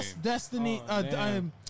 Destiny